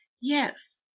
Yes